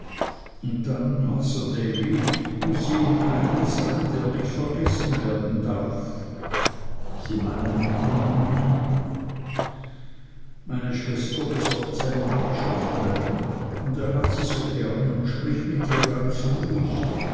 und dann masr davy muß sie um einen sein der nicht vergessen werden darf sie meinen den armen ham meine schwester besorgt seine wirtschaft maam und er hat sie so gern und spricht mit ihr ganz ruhig